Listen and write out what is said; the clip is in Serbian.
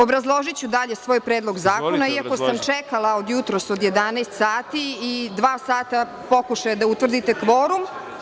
Obrazložiću dalje svoj predlog zakona, iako sam čekala od jutros od 11 časova i dva sata pokušaja da utvrdite kvorum.